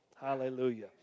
Hallelujah